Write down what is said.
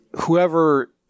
Whoever –